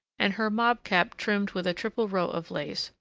and her mob-cap trimmed with a triple row of lace,